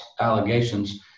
allegations